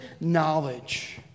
knowledge